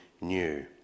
new